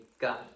God